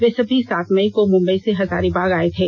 वे सभी सात मई को मुंबई से हजारीबाग आए थे